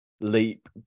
leap